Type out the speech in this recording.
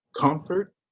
comfort